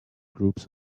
groups